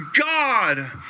God